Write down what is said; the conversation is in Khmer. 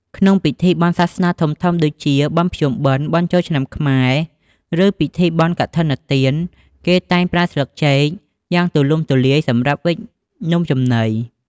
ក្នុង ពិធីបុណ្យសាសនាធំៗ ដូចជា បុណ្យភ្ជុំបិណ្ឌ បុណ្យចូលឆ្នាំខ្មែរ ឬពិធីបុណ្យកឋិនទាន គេតែងប្រើស្លឹកចេកយ៉ាងទូលំទូលាយសម្រាប់វេចនំចំណី។